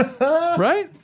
right